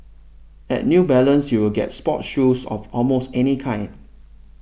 at New Balance you will get sports shoes of almost any kind